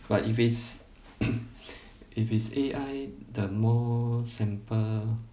but if it's if it's A_I the more simple